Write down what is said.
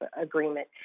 agreement